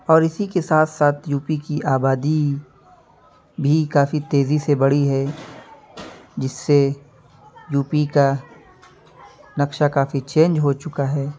اور اسی کے ساتھ ساتھ یو پی کی آبادی بھی کافی تیزی سے بڑھی ہے جس سے یو پی کا نقشہ کافی چینج ہو چکا ہے